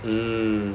mmhmm